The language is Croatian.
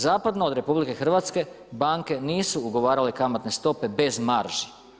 Zapadno od RH banke nisu ugovarale kamatne stope bez marži.